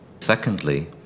Secondly